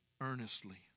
Earnestly